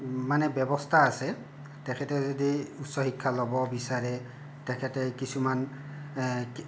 মানে ব্যৱস্থা আছে তেখেতে যদি উচ্চশিক্ষা ল'ব বিচাৰে তেখেতে কিছুমান